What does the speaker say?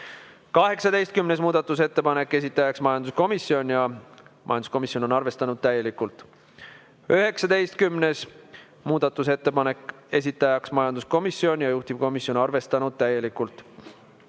18. muudatusettepanek, esitaja on majanduskomisjon ja majanduskomisjon on arvestanud täielikult. 19. muudatusettepanek, esitaja majanduskomisjon ja juhtivkomisjon on arvestanud täielikult.